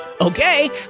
Okay